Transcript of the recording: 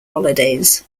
holidays